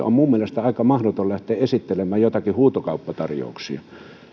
on minun mielestä aika mahdoton lähteä esittelemään joitakin huutokauppatarjouksia